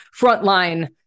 frontline